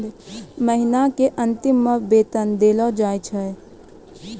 महिना के अंतिमो मे वेतन देलो जाय छै